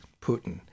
Putin